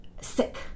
sick